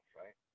right